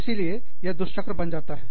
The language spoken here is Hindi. इसीलिए यह दुष्चक्र बन जाता है